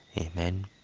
amen